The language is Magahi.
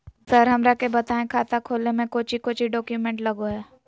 सर हमरा के बताएं खाता खोले में कोच्चि कोच्चि डॉक्यूमेंट लगो है?